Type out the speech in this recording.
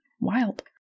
Wild